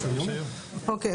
אוקיי.